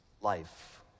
life